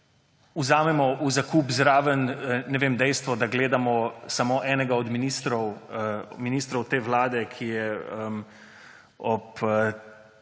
vzamemo v zakup zraven dejstvo, da gledamo samo enega od ministrov te vlade, ki je ob